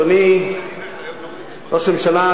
אדוני ראש הממשלה,